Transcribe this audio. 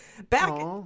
Back